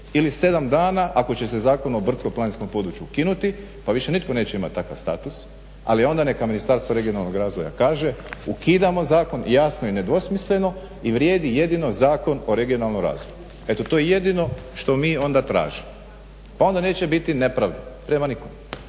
ili sedam dana ako će se Zakon o brdsko-planinskom području ukinuti pa više nitko neće imati takav status ali onda neko Ministarstvo regionalnog razvoja kaže ukidamo zakon jasno i ne dvosmisleno i vrijedi jedino Zakon o regionalnom razvoju. Eto to je jedino što mi onda tražimo. Pa onda neće biti nepravde prema nikom.